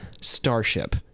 Starship